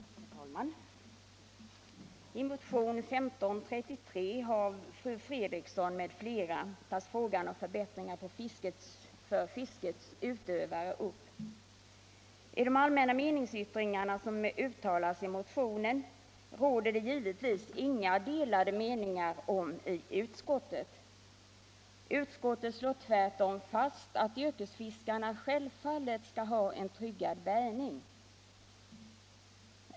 Herr talman! I motionen 1533 av fru Fredrikson m. tl. tas frågan om förbättringar för fiskets utövare upp. Om de allmänna meningsyttringar som uttalas i motionen råder det naturligtvis inga delade meningar i utskottet. Tvärtom slår utskottet fast att yrkesfiskarna självfallet skall ha en tryggad bärgning.